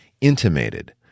intimated